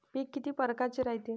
पिकं किती परकारचे रायते?